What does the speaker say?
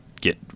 get